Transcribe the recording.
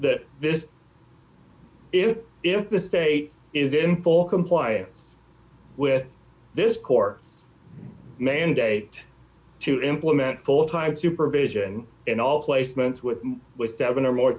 that this is the state is in full compliance with this core mandate to implement full time supervision and all placements with with seven or more